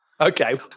okay